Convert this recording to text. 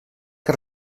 que